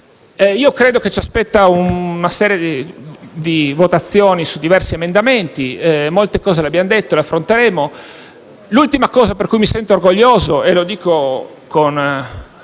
Io credo che ci aspetti una serie di votazioni su diversi emendamenti; molte cose le abbiamo dette e le affronteremo. L'ultima cosa di cui mi sento orgoglioso - lo dico